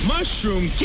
Mushroom